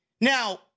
Now